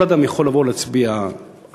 כל אדם יכול לבוא ולהצביע במחשב.